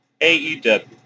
AEW